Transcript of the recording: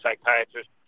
psychiatrist